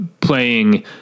playing